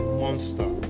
monster